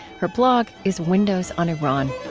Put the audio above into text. her blog is windows on iran.